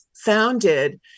founded